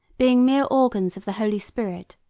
being mere organs of the holy spirit,